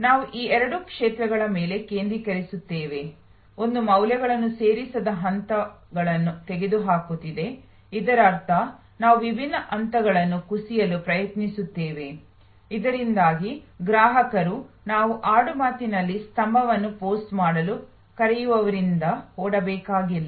ನಾವು ಈ ಎರಡು ಕ್ಷೇತ್ರಗಳ ಮೇಲೆ ಕೇಂದ್ರೀಕರಿಸುತ್ತೇವೆ ಒಂದು ಮೌಲ್ಯವನ್ನು ಸೇರಿಸದ ಹಂತಗಳನ್ನು ತೆಗೆದುಹಾಕುತ್ತಿದೆ ಇದರರ್ಥ ನಾವು ವಿಭಿನ್ನ ಹಂತಗಳನ್ನು ಕುಸಿಯಲು ಪ್ರಯತ್ನಿಸುತ್ತೇವೆ ಇದರಿಂದಾಗಿ ಗ್ರಾಹಕರು ನಾವು ಆಡುಮಾತಿನಲ್ಲಿ ಸ್ತಂಭವನ್ನು ಪೋಸ್ಟ್ ಮಾಡಲು ಕರೆಯುವದರಿಂದ ಓಡಬೇಕಾಗಿಲ್ಲ